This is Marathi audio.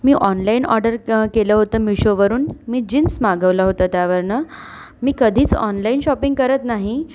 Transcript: मी ऑनलाईन ऑर्डर केलं होतं मीशोवरून मी जीन्स मागवलं होतं त्यावरनं मी कधीच ऑनलाईन शॉपिंग करत नाही